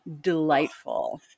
delightful